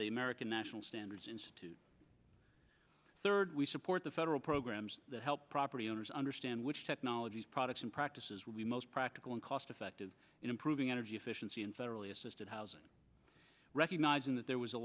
the american national standards institute third we support the federal programs that help property owners understand which technologies products and practices will be most practical and cost effective in improving energy efficiency and federally assisted housing recognizing that there was a